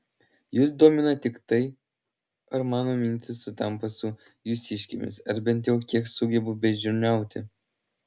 jus domina tik tai ar mano mintys sutampa su jūsiškėmis ar bent jau kiek sugebu beždžioniauti